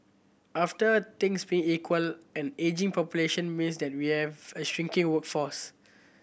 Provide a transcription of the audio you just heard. after things being equal an ageing population means that we have a shirking workforce